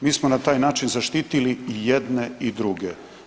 Mi smo na taj način zaštitili i jedne i druge.